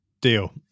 deal